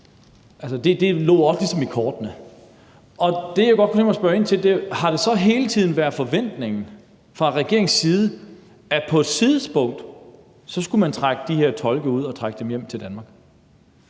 Det lå ligesom også i kortene. Det, jeg godt kunne tænke mig at spørge ind til, er, om det så hele tiden har været forventningen fra regeringens side, at man på et tidspunkt skulle trække de her tolke ud og hjem til Danmark.